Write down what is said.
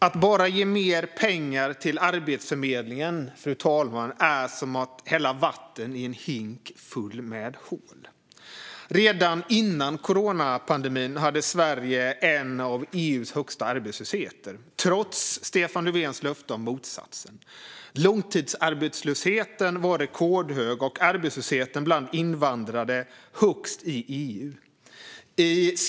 Att bara ge mer pengar till Arbetsförmedlingen, fru talman, är som att hälla vatten i en hink full med hål. Redan före coronapandemin hade Sverige en arbetslöshet som var bland EU:s högsta, trots Stefan Löfvens löfte om motsatsen. Långtidsarbetslösheten var rekordhög, och arbetslösheten bland invandrade var högst i EU.